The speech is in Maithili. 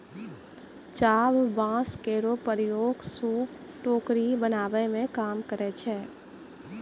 चाभ बांस केरो प्रयोग सूप, टोकरी बनावै मे काम करै छै